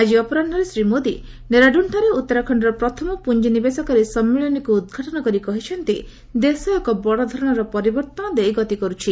ଆଜି ଅପରାହ୍ନରେ ଶ୍ରୀ ମୋଦି ଡେରାଡ଼ୁନ୍ଠାରେ ଉତ୍ତରାଖଣ୍ଡର ପ୍ରଥମ ପୁଞ୍ଜିନିବେଶକାରୀ ସମ୍ମିଳନୀକୁ ଉଦ୍ଘାଟନ କରି କହିଛନ୍ତି ଦେଶ ଏକ ବଡ଼ଧରଣର ପରିବର୍ତ୍ତନ ଦେଇ ଗତି କର୍ତ୍ଥି